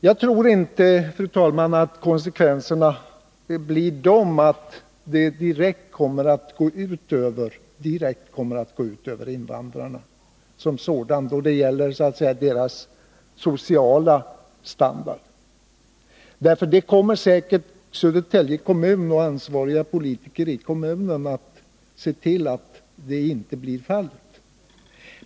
Jag tror inte, fru talman, att konsekvenserna direkt kommer att gå ut över invandrarna då det gäller deras sociala standard. Södertälje kommun och ansvariga politker i kommunen kommer säkert att se till att så inte blir fallet.